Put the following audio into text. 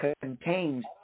contains